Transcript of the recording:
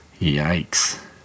Yikes